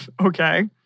Okay